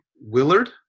Willard